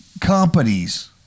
companies